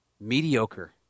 mediocre